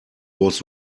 was